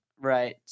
Right